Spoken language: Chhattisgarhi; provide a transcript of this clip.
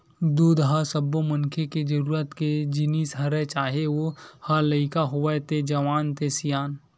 दूद ह सब्बो मनखे के जरूरत के जिनिस हरय चाहे ओ ह लइका होवय ते जवान ते सियान